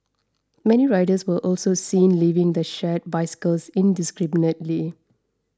many riders were also seen leaving the shared bicycles indiscriminately